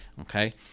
okay